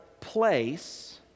place